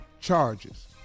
charges